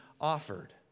offered